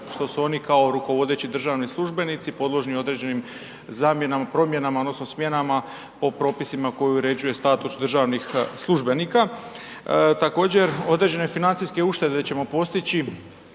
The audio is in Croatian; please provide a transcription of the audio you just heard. što su oni kao rukovodeći državni službenici podložni određenim zamjenama, promjenama odnosno smjenama po propisima koje uređuje status državnih službenika. Također određene financijske uštede ćemo postići